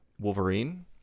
Wolverine